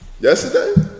Yesterday